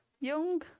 young